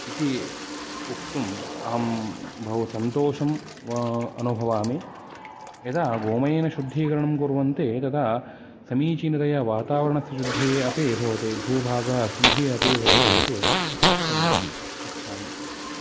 इति वक्तुम् अहं बहु सन्तोषम् अनुभवामि यदा गोमयेन शुद्धीकरणं कुर्वन्ति तदा समीचिनतया वातावरणस्य शुद्धिः अपि भवति भूभाग अशुद्धिः अपि भवति इति वक्तुम् इच्छामि